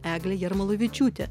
eglė jarmalavičiūtė